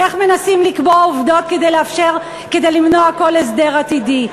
איך מנסים לקבוע עובדות כדי למנוע כל הסדר עתידי?